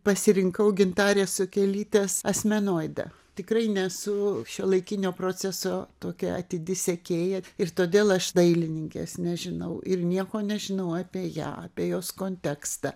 pasirinkau gintarė sukelytės asmenoidą tikrai nesu šiuolaikinio proceso tokia atidi sekėja ir todėl aš dailininkės nežinau ir nieko nežinau apie ją apie jos kontekstą